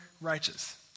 righteous